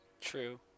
True